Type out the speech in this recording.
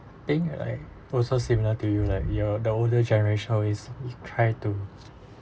think like process similar to you like you're the older generation always try to